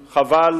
אני אומר לך: חבל